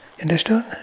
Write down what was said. understood